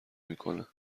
میکنه